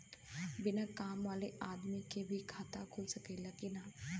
बिना काम वाले आदमी के भी खाता खुल सकेला की ना?